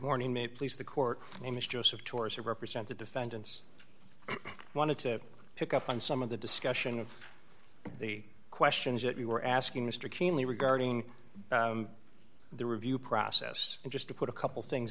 morning me please the court name is joseph tours are represented defendants wanted to pick up on some of the discussion of the questions that we were asking mr keenly regarding the review process and just to put a couple things